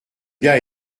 gars